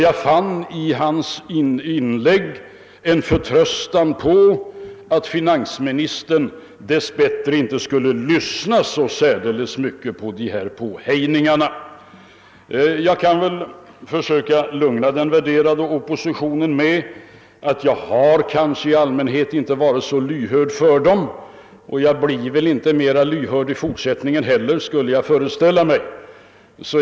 Jag fann emellertid i hans ord en förtröstan på att finansministern inte hade lyssnat så särdeles mycket på dessa påhejningar, och jag kan lugna den värderade oppositionen med att jag i allmänhet inte har varit särskilt lvhörd för oppositionens röster och väl inte heller blir mera lyhörd i fortsättningen.